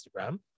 Instagram